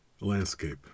Landscape